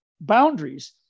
boundaries